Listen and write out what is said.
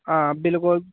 हां बिलकुल